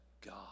God